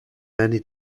many